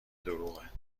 دروغه